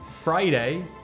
Friday